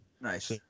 Nice